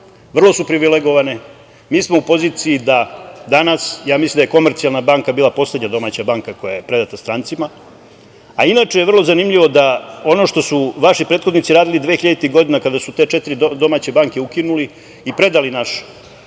vrlo su privilegovane. Mi smo u poziciji da danas, ja mislim da je Komercijalna banka bila poslednja domaća banka koja je predata strancima, a inače je vrlo zanimljivo da ono što su vaši prethodnici radili dvehiljaditih godina kada su te četiri domaće banke ukinuli i predali naš